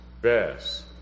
best